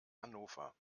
hannover